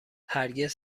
هرگز